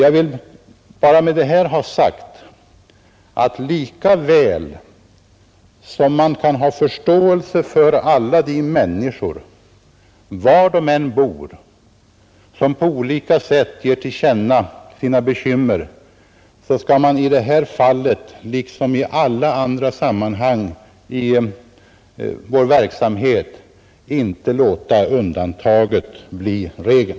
Jag vill med detta bara ha sagt att lika väl som man kan hysa förståelse för alla människor, var de än bor, som på olika sätt ger till känna sina bekymmer, skall man i detta liksom i alla andra sammanhang i vår verksamhet inte låta undantaget bli regel.